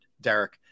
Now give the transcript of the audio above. Derek